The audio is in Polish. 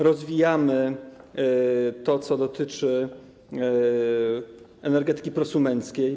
Rozwijamy to, co dotyczy energetyki prosumenckiej.